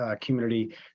community